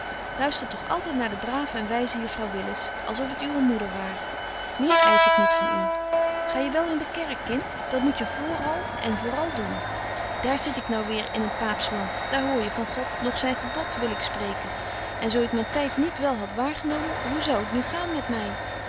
luister toch altyd naar de brave en wyze juffrouw willis als of het uwe moeder waar meer eisch ik niet van u ga je wel in de kerk kind dat moet je voor al en voor al doen daar zit ik nou weer in een paaps land daar hoor je van god noch zyn gebod wil ik spreken en zo ik myn tyd niet wel had waargenomen hoe zou t nu gaan met my